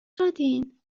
شدین